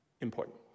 important